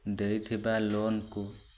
ଦେଇଥିବା ଲୋନ୍କୁ